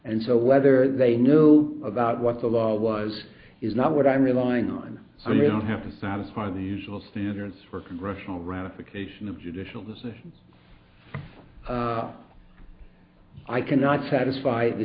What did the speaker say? and so whether they knew about what the law was is not what i'm relying on so you don't have to satisfy the usual standards for congressional ratification of judicial decisions i cannot satisfy the